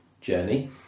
journey